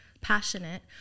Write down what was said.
passionate